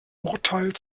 urteil